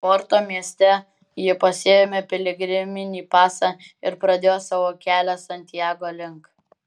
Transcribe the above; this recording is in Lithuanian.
porto mieste ji pasiėmė piligriminį pasą ir pradėjo savo kelią santiago link